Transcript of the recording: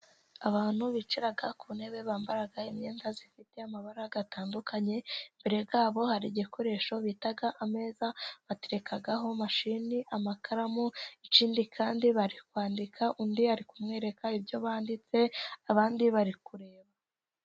Abantu bicaraga ku ntebe, bambaraga imyenda ifite amabara atandukanye, imbere yabo hari igikoresho bita ameza baterekaho mashini, amakaramu, ikindi kandi bari kwandika, undi ari kumwereka ibyo banditse, abandi bari kureba.